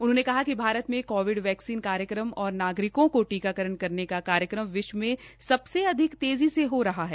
उन्होंने कहा कि भारत में कोविड वैक्सीन कार्यक्रम और नागरिकों को टीकाकरण करने का कार्यक्रम विश्व में सबसे अधिक तेज़ी से हो रहा है